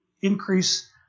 increase